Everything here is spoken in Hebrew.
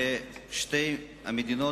ושתי המדינות